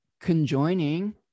conjoining